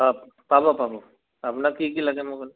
পাব পাব আপোনাক কি কি লাগে মোক